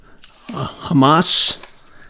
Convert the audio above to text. Hamas